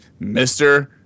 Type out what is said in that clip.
Mr